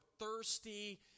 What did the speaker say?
thirsty